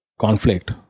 conflict